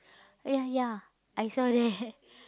ya ya I saw that